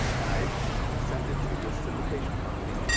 and i sent it to this syndication company.